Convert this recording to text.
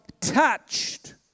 touched